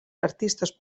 artistes